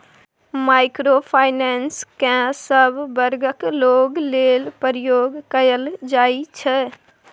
micro finance केँ सब बर्गक लोक लेल प्रयोग कएल जाइ छै